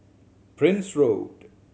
Prince Road